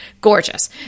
Gorgeous